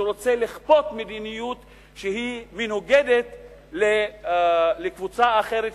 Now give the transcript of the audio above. שרוצה לכפות מדיניות שהיא מנוגדת לקבוצה אחרת,